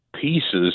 pieces